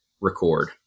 record